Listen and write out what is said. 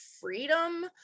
freedom